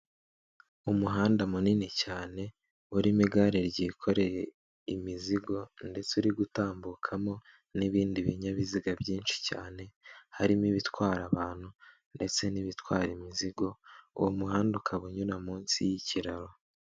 Umuhanda munini cyane urimo igare ryikoreye imizigo, ndetse uri gutambukamo n'ibindi binyabiziga byinshi cyane, harimo ibitwara abantu ndetse n'ibitwara imizigo, uwo muhanda ukaba unyura munsi y'ikiraro.